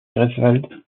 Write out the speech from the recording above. greifswald